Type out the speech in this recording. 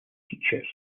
teachers